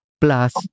Plus